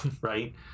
right